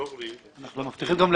הצעת צו שוויון זכויות לאנשים